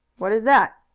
what is that?